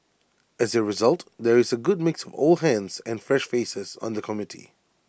as A result there is A good mix of old hands and fresh faces on the committee